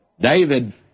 David